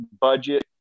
budget